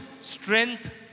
strength